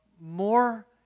more